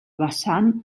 vessant